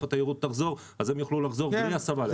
התיירות תחזור אז הם יוכלו לחזור לעבודתם בלי הסבה מקצועית.